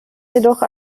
jedoch